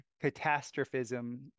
catastrophism